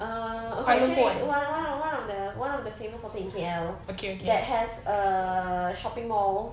uh one one one one of the one of the famous hotel in K_L that has a shopping mall